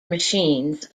machines